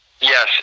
Yes